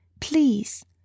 please